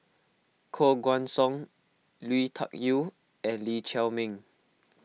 Koh Guan Song Lui Tuck Yew and Lee Chiaw Meng